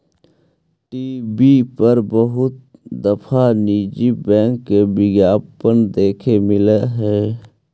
TV पर बहुत दफा निजी बैंक के विज्ञापन देखे मिला हई